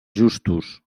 justos